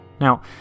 Now